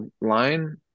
line